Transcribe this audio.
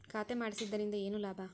ಖಾತೆ ಮಾಡಿಸಿದ್ದರಿಂದ ಏನು ಲಾಭ?